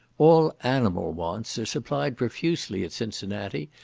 all animal wants are supplied profusely at cincinnati,